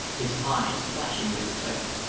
his eyes flashing with excitement.